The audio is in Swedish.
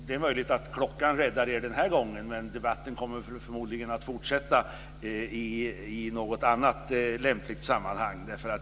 Det är möjligt att klockan räddar er den här gången, men debatten kommer förmodligen att fortsätta i något annat lämpligt sammanhang.